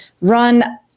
run